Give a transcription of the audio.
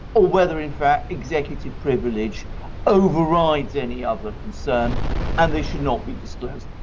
or whether in fact executive privilege overrides any other concern and they should not be disclosed.